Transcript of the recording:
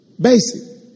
Basic